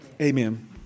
Amen